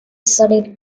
studied